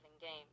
game